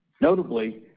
Notably